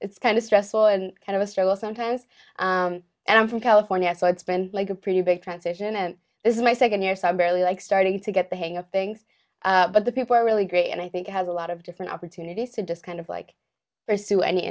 it's kind of stressful and kind of a struggle sometimes and i'm from california so it's been like a pretty big transition and this is my second year so i barely like starting to get the hang of things but the people are really great and i think has a lot of different opportunities to just kind of like pursue any